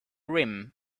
rim